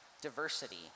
diversity